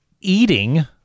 eating